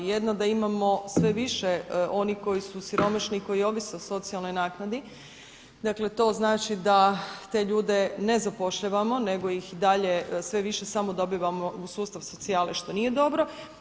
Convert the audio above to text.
Jedna da imamo sve više onih koji su siromašni i koji ovise o socijalnoj naknadi, dakle to znači da te ljude ne zapošljavamo nego ih dalje sve više samo dobivamo u sustav socijale što nije dobro.